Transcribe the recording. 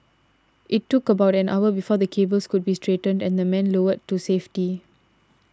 it took about an hour before the cables could be straightened and the men lowered to safety